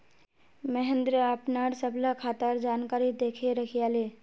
महेंद्र अपनार सबला खातार जानकारी दखे रखयाले